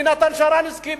מנתן שרנסקי,